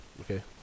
okay